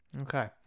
Okay